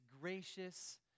gracious